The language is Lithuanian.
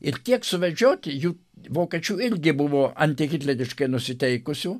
ir tiek suvedžioti jų vokiečių irgi buvo antihitleriškai nusiteikusių